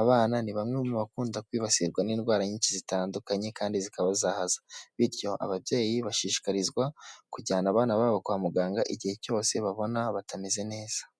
abana ni bamwe mu bakunda kwibasirwa n'indwara nyinshi zitandukanye kandi zikabahaza bityo ababyeyi bashishikarizwa kujyana abana babo kwa muganga igihe cyose babona batameze neza.